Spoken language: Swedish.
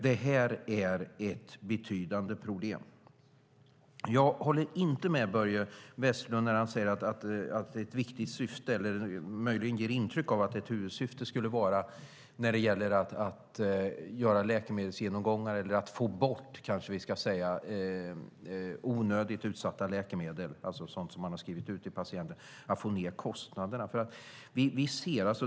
Det här är ett betydande problem. Jag håller inte med Börje Vestlund om att ett möjligt huvudsyfte med läkemedelsgenomgångar för att få bort onödiga läkemedel som skrivits ut till patienter är att få ned kostnaderna.